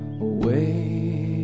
away